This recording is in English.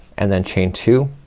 and then chain two,